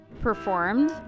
performed